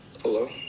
Hello